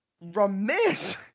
remiss